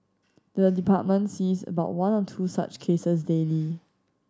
the department sees about one or two such cases daily